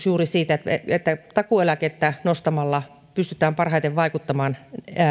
juuri siitä että takuueläkettä nostamalla pystytään parhaiten vaikuttamaan